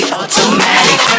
automatic